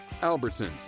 Albertsons